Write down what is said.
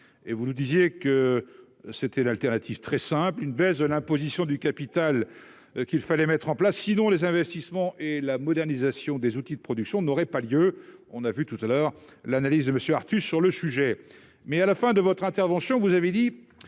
et vous nous disiez que c'était l'alternative très simple : une baisse de l'imposition du capital qu'il fallait mettre en place, sinon les investissements et la modernisation des outils de production n'aurait pas lieu, on a vu tout à l'heure, l'analyse de Monsieur Arthus sur le sujet, mais à la fin de votre intervention, vous avez dit